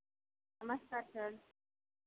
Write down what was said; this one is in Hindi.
नमस्कार सर